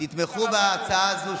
תתמכו בהצעה הזאת,